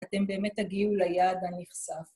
אתם באמת תגיעו ליעד הנכסף.